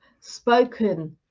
spoken